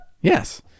Yes